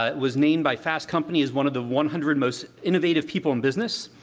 ah was named by fast company as one of the one hundred most innovative people in business,